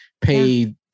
pay